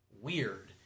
weird